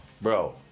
Bro